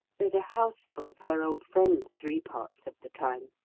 there's a houseful of her old friends three parts of the time.